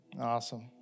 Awesome